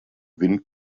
wind